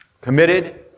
Committed